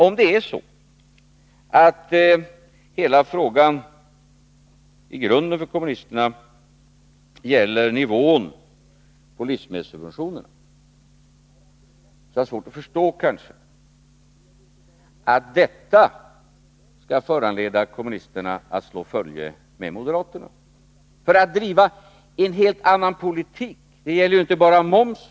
Om det är så att hela frågan i grunden för kommunisterna gäller nivån på livsmedelssubventionerna, har jag svårt att förstå att detta skall föranleda kommunisterna att slå följe med moderaterna, för att driva en helt annan politik. Det gäller ju inte bara momsen.